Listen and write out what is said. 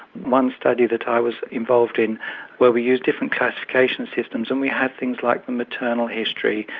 one study that i was involved in where we used different classification systems and we had things like the maternal history,